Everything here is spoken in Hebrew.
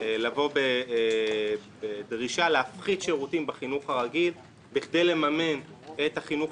לבוא בדרישה להפחית שירותים בחינוך הרגיל בכדי לממן את החינוך